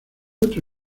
otro